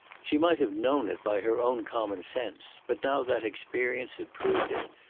she might have known it by her own common sense, but now that experience had proved it,